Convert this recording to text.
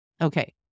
Okay